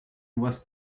was